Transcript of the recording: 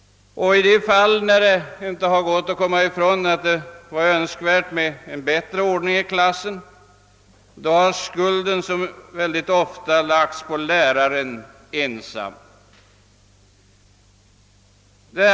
Och i de fall då det inte gått att komma ifrån att det hade varit önskvärt med bättre ordning i klassen har skulden mycket ofta lagts på läraren ensam.